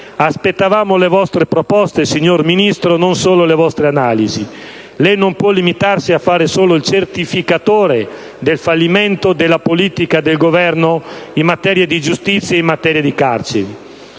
Aspettavamo le vostre proposte, signor Ministro, non solo le vostre analisi. Lei non può limitarsi a fare solo il certificatore del fallimento della politica del Governo in materia di giustizia e di carceri.